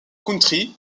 country